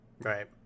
Right